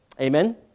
Amen